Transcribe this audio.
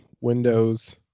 Windows